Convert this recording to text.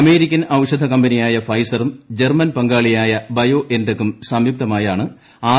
American ഔഷധ കമ്പനിയായ ഫൈസറും ജർമ്മൻ പങ്കാളിയായ ബയോഎൻടെകും സംയുക്തമായാണ് ആർ